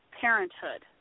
Parenthood